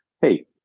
hey